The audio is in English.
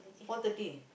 four thirty